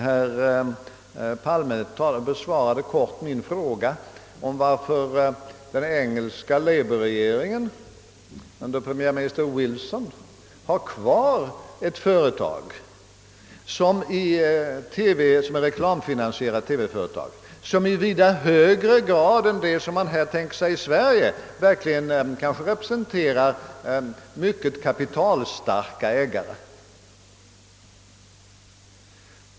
Herr Palme har helt kort besvarat min fråga varför den engelska labourregeringen under premiärminister Wilson bibehåller ett reklamfinansierat företag, som i vida högre grad än vad man tänkt sig här i Sverige verkligen har mycket kapitalstarka ägare.